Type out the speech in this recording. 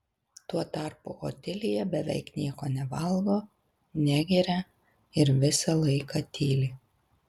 tuo tarpu otilija beveik nieko nevalgo negeria ir visą laiką tyli